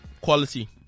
Quality